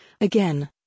Again